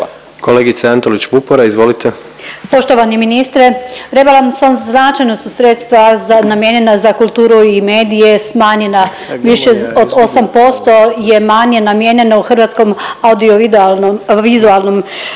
izvolite. **Antolić Vupora, Barbara (SDP)** Poštovani ministre rebalansom značajno su sredstva namijenjena za kulturu i medije smanjena više od 8% je manje namijenjeno Hrvatskom audiovidealnom